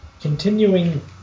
Continuing